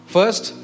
First